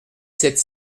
sept